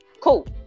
Cool